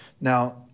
Now